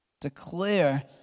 declare